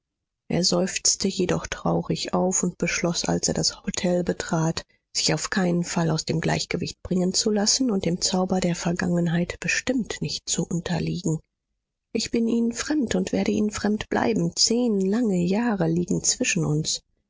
er seufzte jedoch traurig auf und beschloß als er das hotel betrat sich auf keinen fall aus dem gleichgewicht bringen zu lassen und dem zauber der vergangenheit bestimmt nicht zu unterliegen ich bin ihnen fremd und werde ihnen fremd bleiben zehn lange jahre liegen zwischen uns